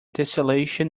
tesselation